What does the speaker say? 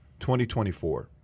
2024